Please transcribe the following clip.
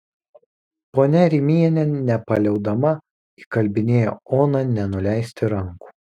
ponia rimienė nepaliaudama įkalbinėjo oną nenuleisti rankų